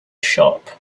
shop